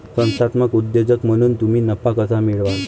संस्थात्मक उद्योजक म्हणून तुम्ही नफा कसा मिळवाल?